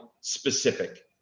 specific